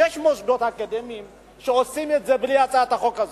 שיש מוסדות אקדמיים שעושים את זה בלי הצעת החוק הזאת.